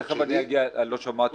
לא שמעתי אותך.